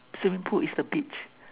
swimming pool it's the beach